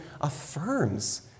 affirms